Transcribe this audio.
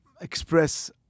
express